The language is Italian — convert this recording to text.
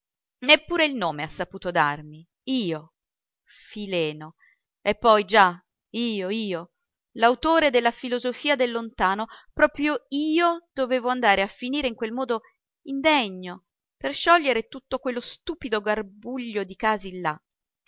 neppure il nome ha saputo darmi io fileno e poi già io io l'autore della filosofia del lontano proprio io dovevo andare a finire in quel modo indegno per sciogliere tutto quello stupido garbuglio di casi là